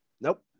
Nope